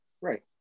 Right